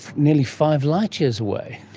nearly five light years away.